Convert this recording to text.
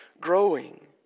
growing